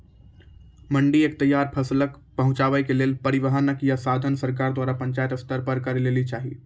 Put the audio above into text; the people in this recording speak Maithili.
मंडी तक तैयार फसलक पहुँचावे के लेल परिवहनक या साधन सरकार द्वारा पंचायत स्तर पर करै लेली चाही?